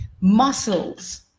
muscles